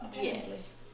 Yes